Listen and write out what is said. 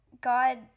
God